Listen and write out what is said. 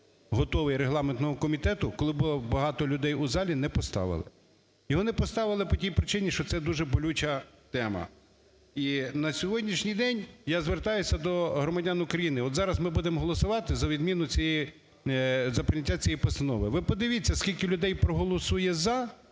готовий регламентного комітету, коли було багато людей у залі, не поставили? Його не поставили по тій причині, що це дуже болюча тема. І на сьогоднішній день я звертаюсь до громадян України, от зараз ми будемо голосувати за відміну цією... за прийняття цієї постанови, ви подивіться скільки людей проголосує за,